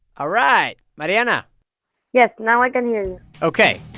ah right, mariana yes. now i can hear you ok.